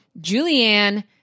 Julianne